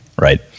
Right